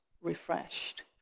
refreshed